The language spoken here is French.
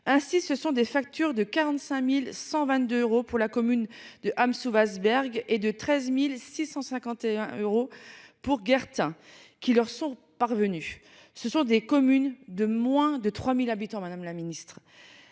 Ainsi, ce sont des factures de 45.122 euros pour la commune de AMSOW iceberg et de 13.651 euros pour Geert qui leur sont parvenues. Ce sont des communes de moins de 3000 habitants. Madame la ministre,